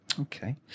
okay